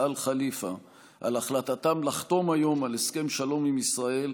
אאל-ח'ליפה על החלטתם לחתום היום על הסכם שלום עם ישראל,